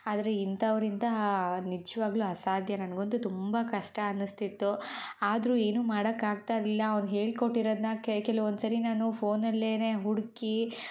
ಆದರೆ ಇಂಥವ್ರಿಂದ ನಿಜವಾಗ್ಲೂ ಅಸಾಧ್ಯ ನನಗಂತೂ ತುಂಬ ಕಷ್ಟ ಅನಿಸ್ತಿತ್ತು ಆದರೂ ಏನೂ ಮಾಡಕಾಗ್ತಾಯಿರ್ಲಿಲ್ಲ ಅವ್ನು ಹೇಳ್ಕೊಟ್ಟಿರೋದನ್ನ ಕೆಲವೊಂದು ಸರಿ ನಾನು ಫೋನಲ್ಲೇ ಹುಡುಕಿ